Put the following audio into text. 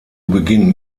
beginn